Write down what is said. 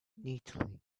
neatly